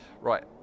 Right